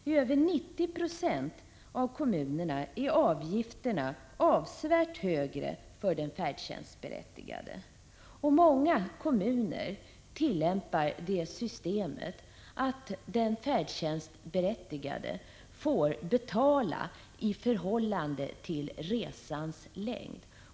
I över 90 76 av kommunerna är avgifterna avsevärt högre för den färdtjänstberättigade. Många kommuner tillämpar systemet att den färdtjänstberättigade får betala i förhållande till resans längd.